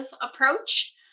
approach